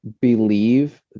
believe